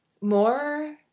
more